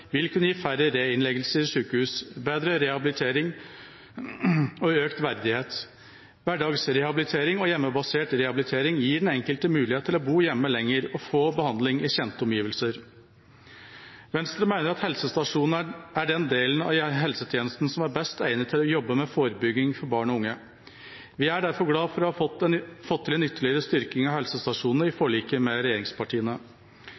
vil kunne gi færre reinnleggelser i sjukehus, bedre rehabilitering og økt verdighet. Hverdagsrehabilitering og hjemmebasert rehabilitering gir den enkelte mulighet til å bo hjemme lenger og få behandling i kjente omgivelser. Venstre mener at helsestasjoner er den delen av helsetjenesten som er best egnet til å jobbe med forebygging for barn og unge. Vi er derfor glad for å ha fått til en ytterligere styrking av helsestasjoner i forliket med regjeringspartiene. Forebygging er viktig i alle livets faser. Helsestasjonene